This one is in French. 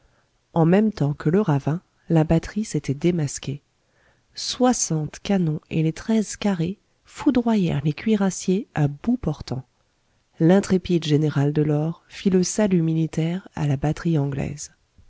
en même temps que le ravin la batterie s'était démasquée soixante canons et les treize carrés foudroyèrent les cuirassiers à bout portant l'intrépide général delord fit le salut militaire à la batterie anglaise